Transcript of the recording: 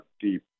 deep